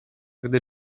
gdy